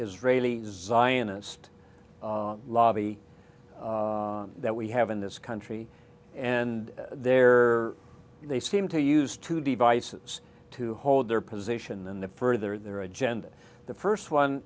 israeli zionist lobby that we have in this country and there they seem to use two devices to hold their position and to further their agenda the first one